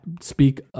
speak